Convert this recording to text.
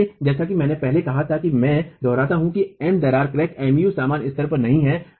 इसलिए जैसा कि मैंने पहले कहा था कि मैं दोहराता हूं कि M दरार क्रैक और M u समान स्तर पर नहीं हैं